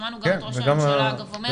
שמענו גם את ראש הממשלה, אגב, אומר את זה.